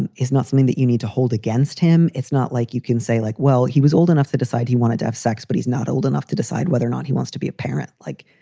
and is not something that you need to hold against him. it's not like you can say like, well, he was old enough to decide he wanted to have sex, but he's not old enough to decide whether or not he wants to be a parent. like,